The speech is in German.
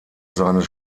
seines